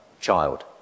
child